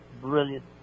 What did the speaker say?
brilliant